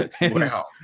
Wow